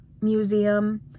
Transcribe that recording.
museum